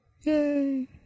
Yay